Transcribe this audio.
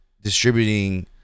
distributing